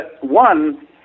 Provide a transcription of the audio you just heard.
one